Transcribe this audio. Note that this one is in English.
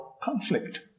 conflict